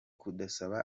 kudusaba